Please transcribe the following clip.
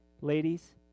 Ladies